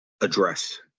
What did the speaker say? address